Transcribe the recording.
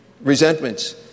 resentments